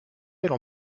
elles